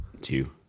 Two